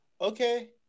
Okay